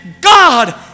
God